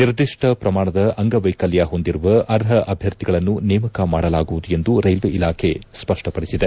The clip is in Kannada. ನಿರ್ದಿಷ್ಟ ಪ್ರಮಾಣ ಅಂಗವೈಕಲ್ಯ ಹೊಂದಿರುವ ಅರ್ಪ ಅಭ್ಯರ್ಥಿಗಳನ್ನು ನೇಮಕ ಮಾಡಲಾಗುವುದು ಎಂದು ರೈಲ್ವೆ ಇಲಾಖೆ ಸ್ಪಷ್ಟಪಡಿಸಿದೆ